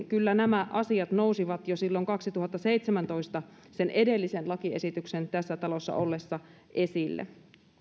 kyllä nämä asiat nousivat esille jo silloin kaksituhattaseitsemäntoista sen edellisen lakiesityksen tässä ollessa